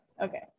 okay